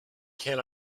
can